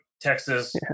Texas